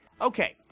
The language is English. Okay